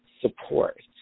support